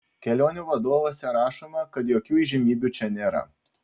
kelionių vadovuose rašoma kad jokių įžymybių čia nėra